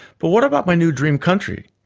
but what about my new dream country?